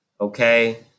Okay